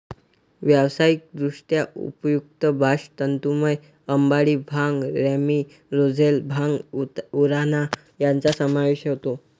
व्यावसायिकदृष्ट्या उपयुक्त बास्ट तंतूंमध्ये अंबाडी, भांग, रॅमी, रोझेल, भांग, उराणा यांचा समावेश होतो